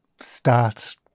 start